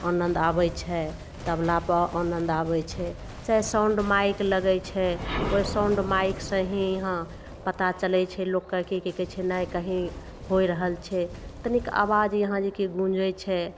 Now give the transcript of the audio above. आनन्द आबय छै तबलापर आनन्द आबय छै चाहे साउंड माइक लगय छै ओइ साउंड माइकसँ ही यहाँ पता चलय छै लोगके की कहय छै नहि कहीं होइ रहल छै तनिक आवाज यहाँ जे कि गूँजय छै